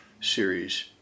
series